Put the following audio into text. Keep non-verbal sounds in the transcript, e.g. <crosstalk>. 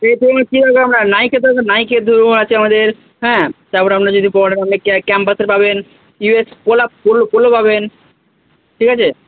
<unintelligible> নাইকের <unintelligible> নাইকের জুতো আছে আমাদের হ্যাঁ তারপর আপনার যদি পরার <unintelligible> ক্যানভাসের পাবেন ইউ এস <unintelligible> পোলো পাবেন ঠিক আছে